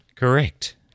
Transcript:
Correct